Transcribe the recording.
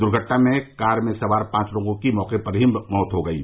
दुर्घटना में कार में सवार पांच लोगों की मौके पर ही मृत्यु हो गयी